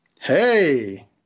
Hey